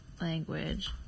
language